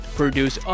produce